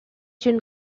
une